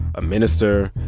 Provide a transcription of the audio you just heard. a minister.